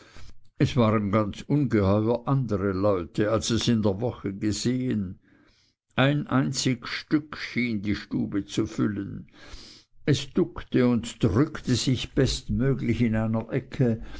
es waren ganz ungeheuer andere leute als es in der woche gesehen ein einzig stück schien die stube zu füllen es duckte und drückte sich bestmöglichst in einer ecke